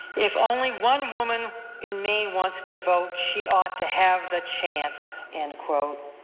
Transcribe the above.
if only one woman in maine wants to vote, she ought to have the chance, end quote.